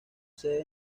sede